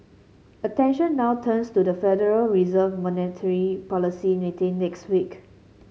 attention now turns to the Federal Reserve monetary policy next week